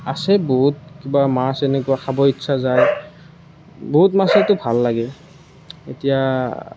আছে বহুত কিবা মাছ এনেকুৱা খাব ইচ্ছা যায় বহুত মাছেইটো ভাল লাগে এতিয়া